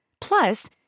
Plus